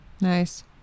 Nice